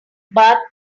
but